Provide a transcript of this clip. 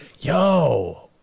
Yo